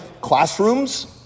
classrooms